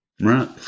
Right